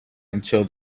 until